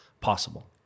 possible